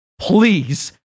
Please